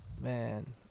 Man